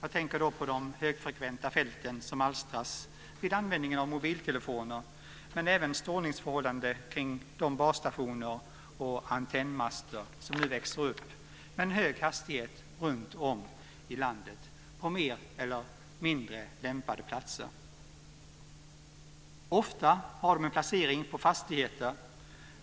Jag tänker då på de högfrekventa fält som alstras vid användningen av mobiltelefoner - men även på strålningsförhållandena kring de basstationer och antennmaster som nu växer upp med hög hastighet runtom i landet på mer eller mindre lämpade platser. Ofta har de en placering på fastigheter